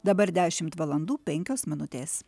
dabar dešimt valandų penkios minutės